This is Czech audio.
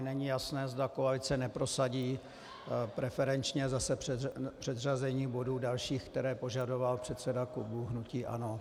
Není jasné, zda koalice neprosadí preferenčně zase předřazení bodů dalších, které požadoval předseda klubu hnutí ANO.